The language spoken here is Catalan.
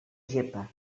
gepa